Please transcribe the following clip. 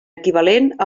equivalent